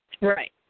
Right